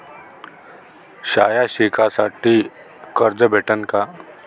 शाळा शिकासाठी कर्ज भेटन का?